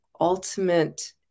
ultimate